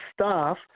staff